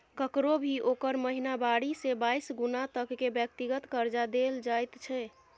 ककरो भी ओकर महिनावारी से बाइस गुना तक के व्यक्तिगत कर्जा देल जाइत छै